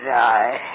die